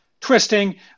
twisting